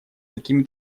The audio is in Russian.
какими